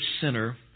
Center